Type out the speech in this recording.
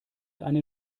eine